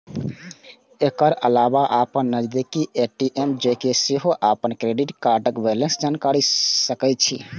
एकर अलावा अपन नजदीकी ए.टी.एम जाके सेहो अपन क्रेडिट कार्डक बैलेंस जानि सकै छी